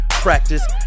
practice